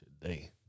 today